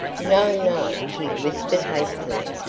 no, no, he whispered hastily,